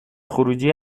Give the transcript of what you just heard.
خروجی